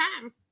time